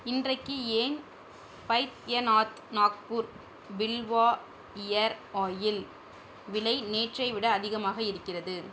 இன்றைக்கு ஏன் Baidyanath Nagpur Bilva ear oil விலை நேற்றை விட அதிகமாக இருக்கிறது